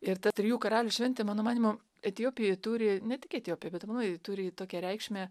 ir ta trijų karalių šventė mano manymu etiopijoj turi ne tik etiopija bet aplamai turi tokią reikšmę